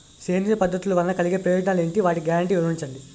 సేంద్రీయ పద్ధతుల వలన కలిగే ప్రయోజనాలు ఎంటి? వాటి గ్యారంటీ వివరించండి?